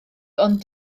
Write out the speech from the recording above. ond